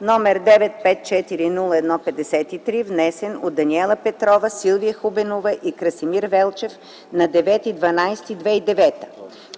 № 954-01-53, внесен от Даниела Петрова, Силвия Хубенова и Красимир Велчев на 9 декември 2009 г.